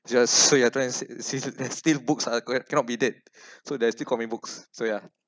just so you are trying to say still books are cannot cannot be did so there's still comic books so ya